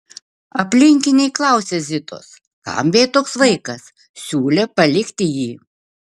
aplinkiniai klausė zitos kam jai toks vaikas siūlė palikti jį